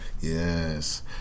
Yes